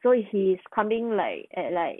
so he's coming like at like